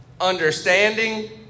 understanding